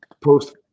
post